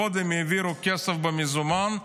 קודם העבירו כסף במזומן,